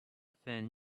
thin